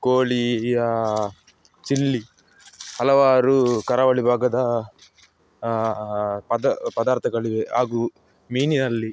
ಕೋಳಿಯ ಚಿಲ್ಲಿ ಹಲವಾರು ಕರಾವಳಿ ಭಾಗದ ಪದ ಪದಾರ್ಥಗಳಿವೆ ಹಾಗೂ ಮೀನಿನಲ್ಲಿ